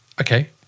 okay